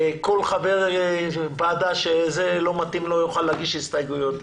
כל חבר ועדה שזה לא מתאים לו יוכל להגיש הסתייגויות.